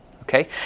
Okay